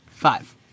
Five